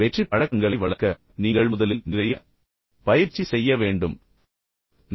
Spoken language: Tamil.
வெற்றிப் பழக்கங்களை வளர்க்க நீங்கள் முதலில் நிறைய பயிற்சி செய்ய வேண்டும் என்று நான் சொன்னேன்